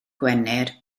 gwener